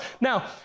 Now